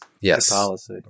Yes